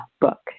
book